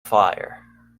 fire